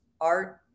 art